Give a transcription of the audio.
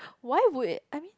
why would it I mean